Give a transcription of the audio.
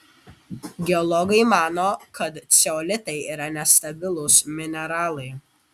geologai mano kad ceolitai yra nestabilūs mineralai